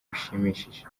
bishimishije